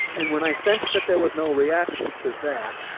and when i sensed that there was no reaction to that,